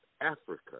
Africa